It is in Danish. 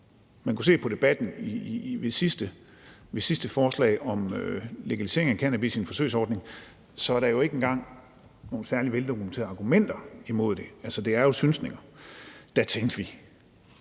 man kunne se på debatten ved det sidste forslag om legalisering af cannabis, altså en forsøgsordning, er der jo ikke engang nogen særlig veldokumenterede argumenter imod det, for det er jo synsninger. Der tænkte vi: